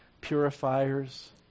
purifiers